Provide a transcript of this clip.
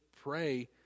pray